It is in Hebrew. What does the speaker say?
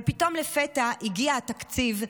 אבל פתאום, לפתע, הגיע התקציב,